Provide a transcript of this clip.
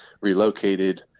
relocated